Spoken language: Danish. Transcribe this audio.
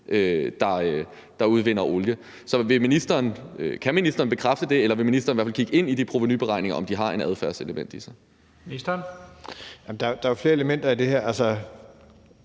der udvinder olie. Så kan ministeren bekræfte det, eller vil ministeren i hvert fald kigge på de provenuberegninger, altså om de har et adfærdselement i sig? Kl. 14:23 Første næstformand (Leif